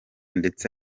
ndetse